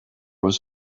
was